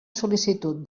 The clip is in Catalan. sol·licitud